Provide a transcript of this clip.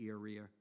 area